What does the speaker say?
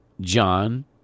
john